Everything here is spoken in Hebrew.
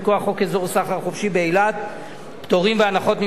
סחר חופשי באילת (פטורים והנחות ממסים),